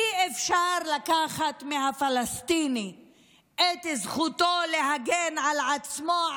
אי-אפשר לקחת מהפלסטיני את זכותו להגן על עצמו,